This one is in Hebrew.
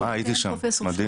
אה הייתי שם, מדהים.